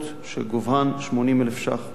שגובהן 80,000 שקלים בשנה.